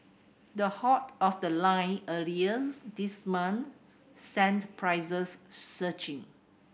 the halt of the line earlier this month sent prices surging